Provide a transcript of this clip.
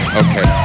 okay